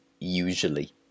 usually